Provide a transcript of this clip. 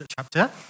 chapter